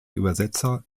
übersetzer